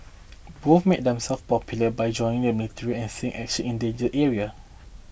both made themselves popular by joining the military and seeing action in danger area